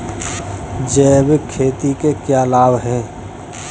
जैविक खेती के क्या लाभ हैं?